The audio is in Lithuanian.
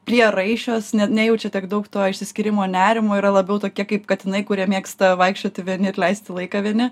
prieraišios nejaučia tiek daug to išsiskyrimo nerimo yra labiau tokie kaip katinai kurie mėgsta vaikščioti vieni ir leist laiką vieni